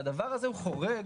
והדבר הזה חורג